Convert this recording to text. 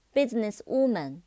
Businesswoman